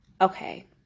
Okay